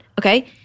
okay